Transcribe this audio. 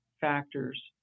factors